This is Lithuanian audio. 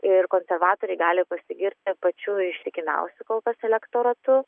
ir konservatoriai gali pasigirti pačiu ištikimiausiu kol kas elektoratu